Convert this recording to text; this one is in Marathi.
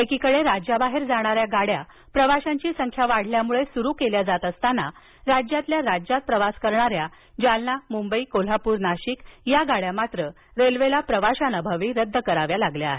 एकीकडे राज्याबाहेर जाणाऱ्या गाड्या प्रवाश्यांची संख्या वाढल्यामुळे सुरु केल्या जात असताना राज्यातल्या राज्यात प्रवास करणाऱ्या जालना मुंबई कोल्हापूर नाशिक या गाड्या मात्र रेल्वेला प्रवाश्याअभावी रद्द कराव्या लागल्या आहेत